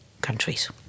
countries